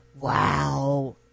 Wow